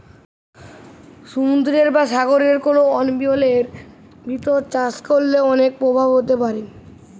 সমুদ্রের বা সাগরের কোন অঞ্চলের ভিতর চাষ করলে অনেক প্রভাব হতে পারে